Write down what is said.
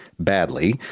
badly